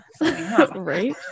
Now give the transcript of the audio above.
right